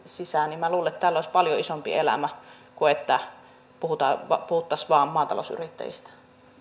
sisään niin minä luulen että täällä olisi paljon isompi elämä kuin että puhuttaisiin vain maatalousyrittäjistä